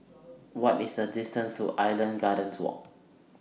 What IS The distance to Island Gardens Walk